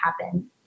happen